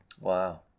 Wow